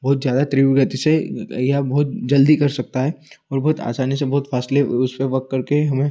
बहुत ज़्यादा तीव्र गति से यह बहुत जल्दी कर सकता है और बहुत आसानी से बहुत फ़ास्टली उसपे वर्क करके हमें